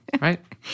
right